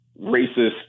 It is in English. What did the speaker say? racist